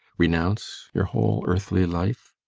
renounce your whole earthly life?